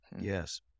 Yes